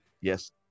Yes